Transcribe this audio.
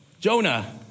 Jonah